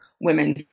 women